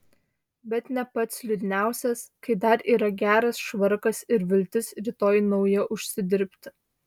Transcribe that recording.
bet ne pats liūdniausias kai dar yra geras švarkas ir viltis rytoj naują užsidirbti